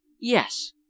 Yes